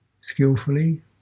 skillfully